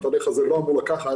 התהליך הזה לא אמור לקחת